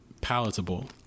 palatable